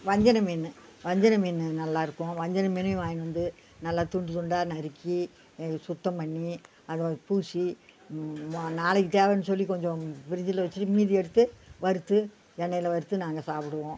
வஞ்சரம் மீன் வஞ்சர மீன் நல்லாருக்கும் வஞ்சர மீனையும் வாங்கின்னு வந்து நல்லா துண்டு துண்டாக நறுக்கி சுத்தம் பண்ணி அதை பூசி நாளைக்கு தேவைன்னு சொல்லி கொஞ்சம் பிரிட்ஜில் வெச்சிட்டு மீதி எடுத்து வறுத்து எண்ணெயில் வறுத்து நாங்கள் சாப்பிடுவோம்